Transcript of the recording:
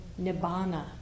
nibbana